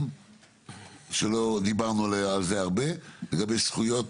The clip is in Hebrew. נוסף שלא דיברנו על זה הרבה, זה בזכויות